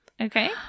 Okay